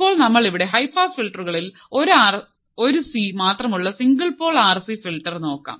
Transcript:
ഇപ്പോൾ നമ്മൾ ഇവിടെ ഹൈ പാസ് ഫിൽട്ടറുകളിൽ ഒരു ആർ ഒരു സി മാത്രമുള്ള സിംഗിൾ പോൾ ആർസി ഫിൽറ്റർ നോക്കാം